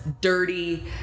dirty